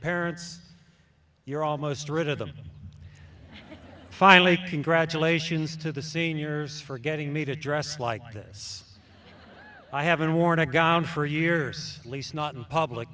parents you're almost rid of them finally congratulations to the seniors for getting me to dress like this i haven't worn a gown for years at least not in public